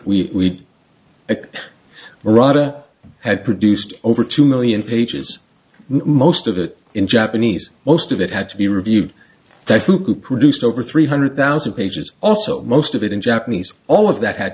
rada had produced over two million pages most of it in japanese most of it had to be reviewed that who produced over three hundred thousand pages also most of it in japanese all of that ha